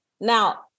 Now